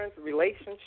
relationship